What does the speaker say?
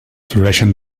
floreixen